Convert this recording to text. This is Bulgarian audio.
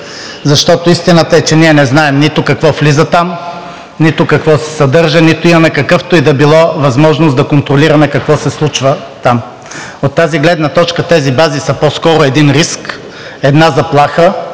защото истината е, че ние не знаем нито какво влиза там, нито какво се съдържа, нито имаме каквато и да била възможност да контрираме какво се случва там. От тази гледна точка тези бази са по-скоро един риск, една заплаха,